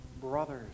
brothers